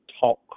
talk